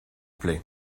plaît